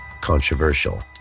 controversial